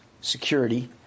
security